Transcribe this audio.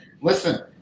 listen